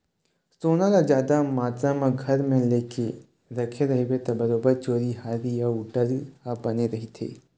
सोना ल जादा मातरा म घर म लेके रखे रहिबे ता बरोबर चोरी हारी अउ डर ह बने रहिथे